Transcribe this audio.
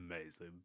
Amazing